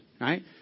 right